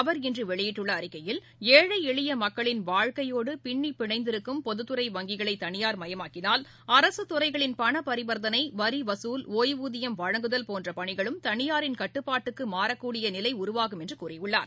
அவர் இன்று வெளியிட்டுள்ள அறிக்கையில் ஏழை எளிய மக்களின் வாழ்க்கையோடு பின்ளிபிணைந்திருக்கும் பொதுத்துறை வங்கிகளை தனியார்மயமாக்கினால் அரசுத்துறைகளின் பண பரிவர்த்தனை வரிவசூல் ஓய்வூதியம் வழங்குதல் போன்ற பணிகளும் தனியாரின் கட்டுப்பாட்டுக்கு மாறக்கூடிய நிலை உருவாகும் என்றும் கூறியுள்ளார்